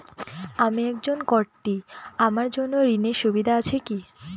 আমি একজন কট্টি আমার জন্য ঋণের সুবিধা আছে কি?